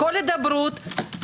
לכל הידברות.